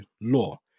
law